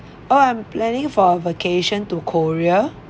orh I'm planning for a vacation to korea